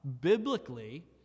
biblically